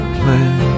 plan